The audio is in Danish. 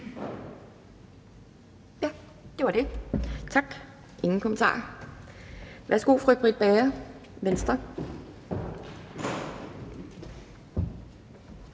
Tak. Der er ingen kommentarer. Værsgo til fru Britt Bager, Venstre.